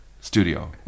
studio